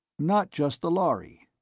not just the lhari.